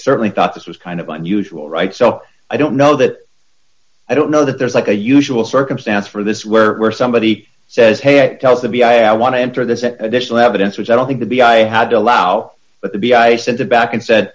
certainly thought this was kind of unusual right so i don't know that i don't know that there's like a usual circumstance for this where we're somebody says hey i tells the v a i want to enter this at additional evidence which i don't think to be i had to allow but be i said to back and said